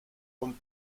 ont